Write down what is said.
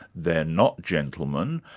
they're not gentlemen,